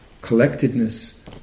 collectedness